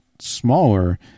smaller